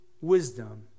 wisdom